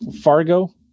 Fargo